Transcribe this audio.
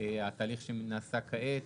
התהליך שנעשה כעת,